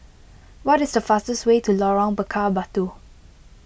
what is the fastest way to Lorong Bakar Batu